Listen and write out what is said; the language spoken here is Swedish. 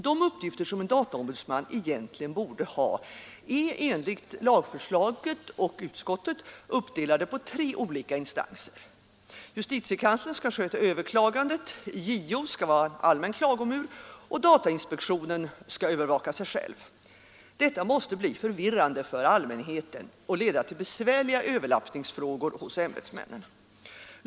De uppgifter som en dataombudsman egentligen borde ha är enligt lagförslaget och utskottet uppdelade på tre olika instanser. Justitiekanslern skall sköta överklagandet, JO skall vara en allmän klagomur och datainspektionen skall övervaka sig själv. Detta måste bli förvirrande för allmänheten och leda till besvärliga överlappningsfrågor hos ämbetsmännen.